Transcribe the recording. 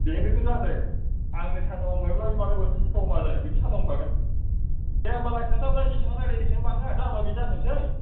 बेनोथ' जादों आंनो साथा हमबायब्ला बे मालाय बोरैथो साथा हमा जानो बेबो साथा हमखागोन दे होमबालाय खोथाफ्रा जेसेबां रायलायो एसेबां बाङो दामा बेनो जाथोंसै